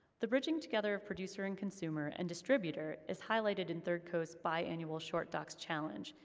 the bridging together of producer and consumer and distributor is highlighted in third coast's bi-annual short docs challenge,